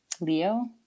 Leo